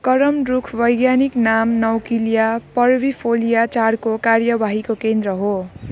करम रुख वैज्ञानिक नाम नउविलिया पर्विफोलिया चाडको कार्वाहीको केन्द्र हो